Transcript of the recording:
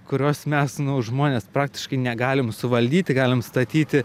kurios mes nu žmonės praktiškai negalim suvaldyti galim statyti